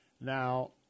Now